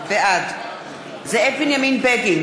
בעד זאב בנימין בגין,